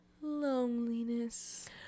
loneliness